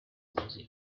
music